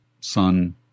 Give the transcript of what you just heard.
son